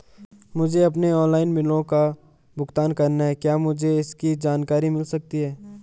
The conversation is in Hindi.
मुझे अपने ऑनलाइन बिलों का भुगतान करना है क्या मुझे इसकी जानकारी मिल सकती है?